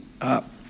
up